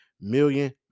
million